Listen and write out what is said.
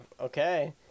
Okay